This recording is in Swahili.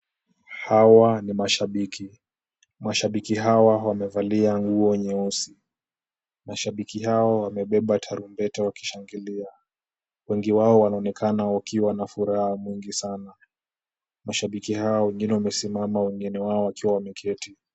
Hawa ni mashabiki. Mashabiki hawa wamevalia nguo nyeusi. Mashabiki hawa wamebeba tarumbeta wakishangilia. Wengi wao wanaonekana wakiwa na furaha nyingi sana. Mashabiki hawa wengine wamesimama wengine wao wakiwa wameketi.